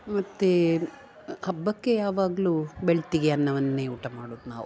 ಮತ್ತು ಹಬ್ಬಕ್ಕೆ ಯಾವಾಗಲೂ ಬೆಳ್ತಿಗಿ ಅನ್ನವನ್ನೆ ಊಟ ಮಾಡುದು ನಾವು